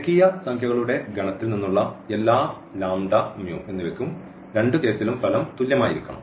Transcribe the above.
രേഖീയ സംഖ്യകളുടെ ഗണത്തിൽ നിന്നുള്ള എല്ലാ നും രണ്ടു കേസിലും ഫലം തുല്യമായിരിക്കണം